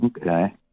Okay